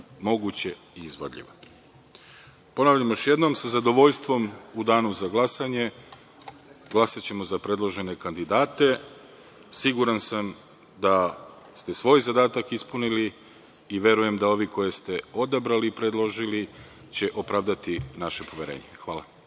moguće i izvodljivo. Ponavljam još jednom, sa zadovoljstvom, u danu za glasanje glasaćemo za predložene kandidate. Siguran sam da ste svoj zadatak ispunili i verujem da ovi koje ste odabrali i predložili će opravdati naše poverenje. Hvala.